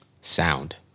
Sound